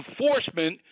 enforcement